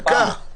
כל פעם.